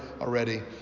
already